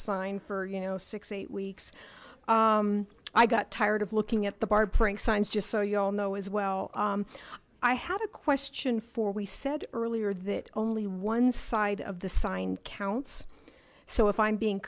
sign for you know six weeks i got tired of looking at the barbering signs just so y'all know as well i had a question for we said earlier that only one side of the sign counts so if i'm being